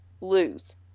lose